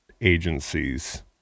agencies